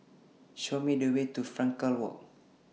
Show Me The Way to Frankel Walk